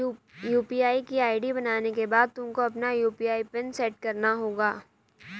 UPI की ID बनाने के बाद तुमको अपना यू.पी.आई पिन सैट करना होगा